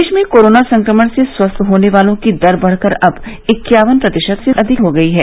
देश में कोरोना संक्रमण से स्वस्थ होने वालों की दर बढ़कर अब इक्यावन प्रतिशत से अधिक हो गई है